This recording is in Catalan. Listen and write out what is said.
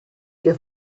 que